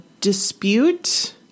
dispute